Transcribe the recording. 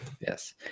Yes